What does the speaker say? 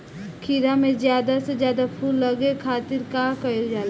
खीरा मे ज्यादा से ज्यादा फूल लगे खातीर का कईल जाला?